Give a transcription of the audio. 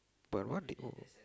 but what did oh